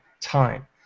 time